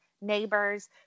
neighbors